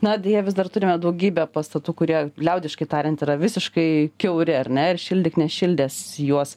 na deja vis dar turime daugybę pastatų kurie liaudiškai tariant yra visiškai kiauri ar ne ir šildyk nešildęs juos